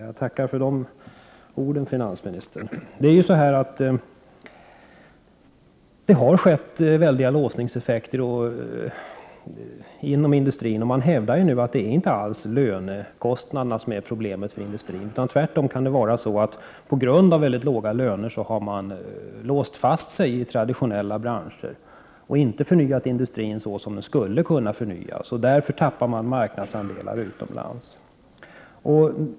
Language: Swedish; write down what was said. Jag tackar finansministern för de orden. Det har uppstått väldiga låsningseffekter inom industrin. Nu hävdar man att det inte alls är lönekostnaderna som är problemet, utan tvärtom kan det vara så att man på grund av mycket låga löner har låst fast sig i traditionella branscher och inte förnyat industrin så som den skulle kunna förnyas. Därför tappar man marknadsandelar utomlands.